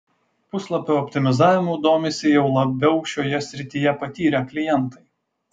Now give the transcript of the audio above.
puslapio optimizavimu domisi jau labiau šioje srityje patyrę klientai